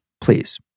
please